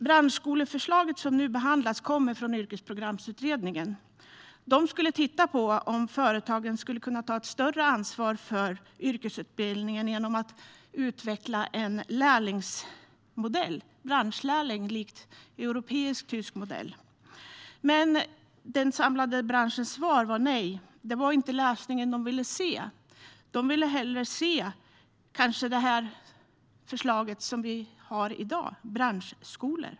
Branschskoleförslaget som nu behandlas kommer från Yrkesprogramsutredningen, som skulle titta på om företagen skulle kunna ta ett större ansvar för yrkesutbildningen genom att utveckla en lärlingsmodell med branschlärlingar likt europeisk/tysk modell. Den samlade branschens svar var dock nej. Det var inte den lösningen de ville se. De vill hellre se kanske det förslag som vi har i dag: branschskolor.